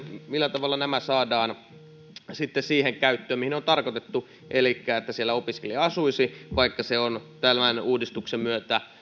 millä tavalla nämä yksiöt saadaan siihen käyttöön mihin ne on tarkoitettu elikkä siellä opiskelija asuisi vaikka se on tämän uudistuksen myötä